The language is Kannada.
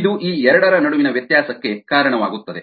ಇದು ಈ ಎರಡರ ನಡುವಿನ ವ್ಯತ್ಯಾಸಕ್ಕೆ ಕಾರಣವಾಗುತ್ತದೆ